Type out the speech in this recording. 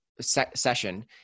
session